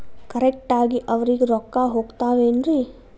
Correct ಆಗಿ ಅವರಿಗೆ ರೊಕ್ಕ ಹೋಗ್ತಾವೇನ್ರಿ?